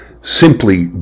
simply